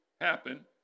happen